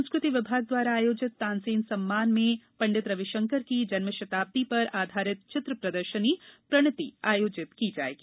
संस्कृति विभाग द्वारा आयोजित तानसेन सम्मान में पंडित रविशंकर की जन्म शताब्दी पर आधारित चित्र प्रदर्शनी प्रणति आयोजित की जाएगी